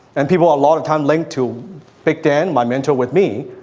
and people a lot of time link to big dan, my mentor with me.